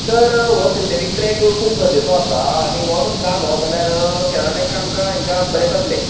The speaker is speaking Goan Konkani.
तर हो सिंथेथीक ट्रॅक खूब गरजेचो आसा आनी हो तर जालो जाल्यार खेळाड्यांक आमकां हेंकां बरें जातलें